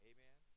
Amen